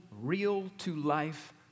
real-to-life